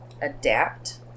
adapt